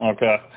Okay